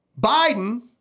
Biden